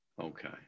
Okay